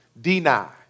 Deny